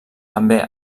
també